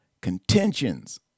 contentions